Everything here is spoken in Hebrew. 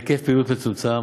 להיקף פעילות מצומצם,